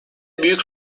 büyük